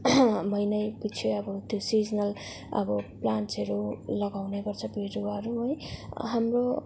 महिनैपिछे अब त्यो सिजनल अब प्लान्ट्सहरू लगाउने गर्छ बिरुवाहरू है हाम्रो